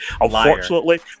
Unfortunately